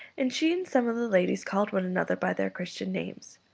and she and some of the ladies called one another by their christian names,